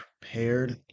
prepared